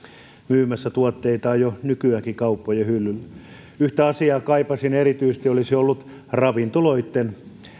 myymässä tuotteitaan jo nykyäänkin kauppojen hyllyillä yhtä asiaa kaipasin erityisesti se olisi ollut ravintoloitten